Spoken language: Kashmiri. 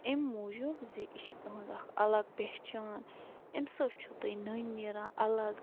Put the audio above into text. اَمہِ موٗجوٗب زِ یہِ چھِ تٕہٕنٛز اَکھ اَلَگ پہچان اَمہِ سۭتۍ چھُو تُہۍ نٔنۍ نیران اَلگ